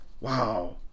Wow